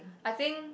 I think